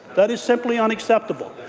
that is simply unacceptable.